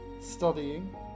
Studying